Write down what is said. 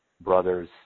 brothers